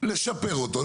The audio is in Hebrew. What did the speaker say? לשפר אותו,